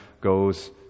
goes